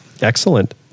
Excellent